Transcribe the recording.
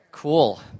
cool